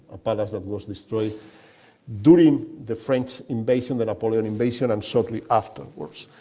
a palace that was destroyed during the french invasion, the napoleonic invasion, and shortly afterwards.